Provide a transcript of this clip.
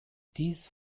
dies